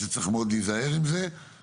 צריך מאוד להיזהר עם זה.